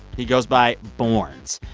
he goes by borns.